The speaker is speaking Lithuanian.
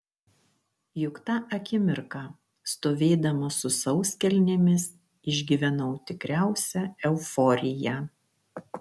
juk tą akimirką stovėdama su sauskelnėmis išgyvenau tikriausią euforiją